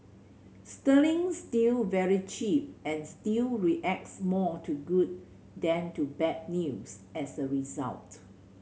sterling's still very cheap and still reacts more to good than to bad news as a result